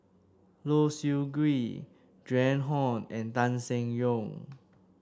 Low Siew Nghee Joan Hon and Tan Seng Yong